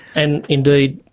and indeed,